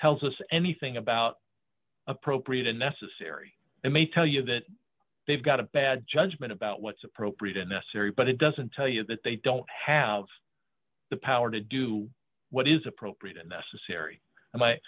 tells us anything about appropriate and necessary and may tell you that they've got a bad judgement about what's appropriate and necessary but it doesn't tell you that they don't have the power to do what is appropriate and necessary